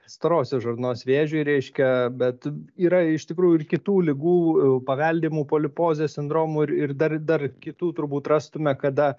storosios žarnos vėžiui reiškia bet yra iš tikrųjų ir kitų ligų paveldimų polipozės sindromų ir dar dar kitų turbūt rastume kada